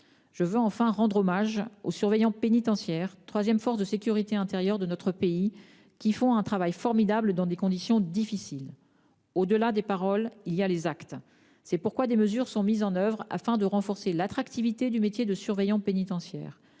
Je veux enfin rendre hommage aux surveillants pénitentiaires, troisième force de sécurité intérieure de notre pays, qui font un travail formidable, dans des conditions difficiles. Au-delà des paroles, il y a les actes. C'est pourquoi des mesures sont mises en oeuvre afin de renforcer l'attractivité du métier de surveillant pénitentiaire.